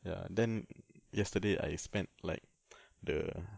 ya then yesterday I spent like the